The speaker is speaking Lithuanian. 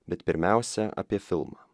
bet pirmiausia apie filmą